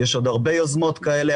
יש עוד הרבה יוזמות כאלה,